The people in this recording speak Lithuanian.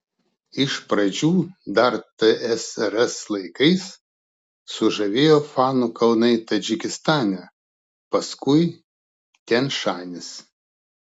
iš pradžių dar tsrs laikais sužavėjo fanų kalnai tadžikistane paskui tian šanis